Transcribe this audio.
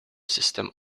system